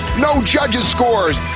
no judges' scores,